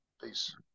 Peace